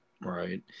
Right